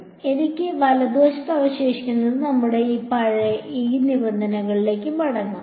അതിനാൽ എനിക്ക് വലതുവശത്ത് അവശേഷിക്കുന്നത് നമുക്ക് ഇവിടെ ഈ നിബന്ധനകളിലേക്ക് മടങ്ങാം